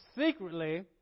Secretly